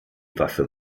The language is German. waffe